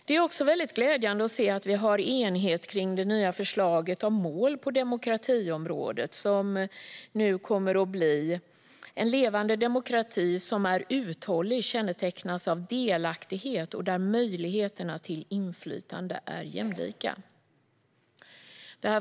Det är även glädjande att se att vi har enighet kring det nya förslaget om mål på demokratiområdet, som nu kommer att bli "en levande demokrati som är uthållig, kännetecknas av delaktighet och där möjligheterna till inflytande är jämlika".